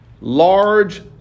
large